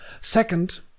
Second